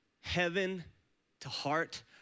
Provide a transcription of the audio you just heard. heaven-to-heart